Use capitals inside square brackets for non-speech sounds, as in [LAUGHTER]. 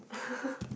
[LAUGHS]